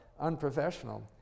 unprofessional